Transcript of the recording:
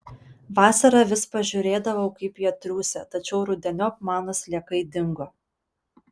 vasarą vis pažiūrėdavau kaip jie triūsia tačiau rudeniop mano sliekai dingo